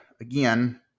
again